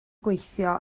gweithio